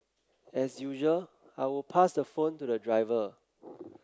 as usual I would pass the phone to the driver